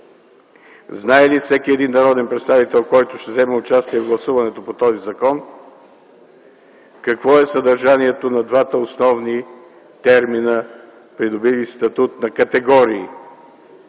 знае ли всеки един народен представител, който ще вземе участие в гласуването по този закон, какво е съдържанието на двата основни термина, придобили статут на категории